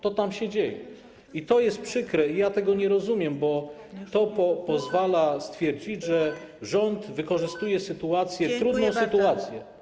To tam się dzieje i to jest przykre, i ja tego nie rozumiem, bo to pozwala stwierdzić, że rząd wykorzystuje sytuację, trudną sytuację.